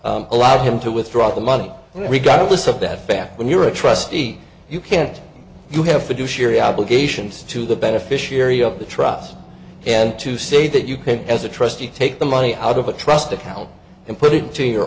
bank allowed him to withdraw the money regardless of that back when you're a trustee you can't you have fiduciary obligations to the beneficiary of the trust and to say that you can as a trustee take the money out of a trust account and put it into your